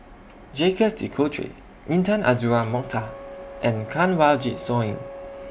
Jacques De Coutre Intan Azura Mokhtar and Kanwaljit Soin